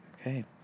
Okay